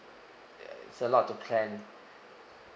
it's a lot to plan